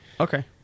Okay